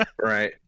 Right